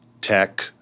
tech